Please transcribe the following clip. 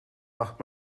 macht